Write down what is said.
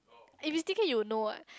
if it's T_K you'll know what